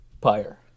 pyre